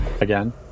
again